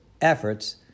efforts